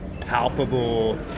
palpable